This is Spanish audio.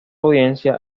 audiencia